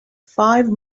five